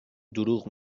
دروغ